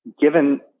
given